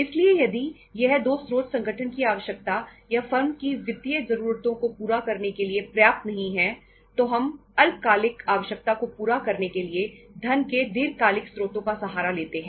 इसलिए यदि यह दो स्रोत संगठन की आवश्यकता या फर्म की वित्तीय जरूरतों को पूरा करने के लिए पर्याप्त नहीं है तो हम अल्पकालिक आवश्यकता को पूरा करने के लिए धन के दीर्घकालिक स्रोतों का सहारा लेते हैं